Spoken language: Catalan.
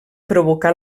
provocar